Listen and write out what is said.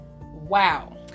Wow